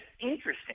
interesting